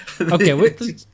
Okay